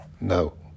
No